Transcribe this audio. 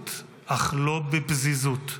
במהירות אך לא בפזיזות.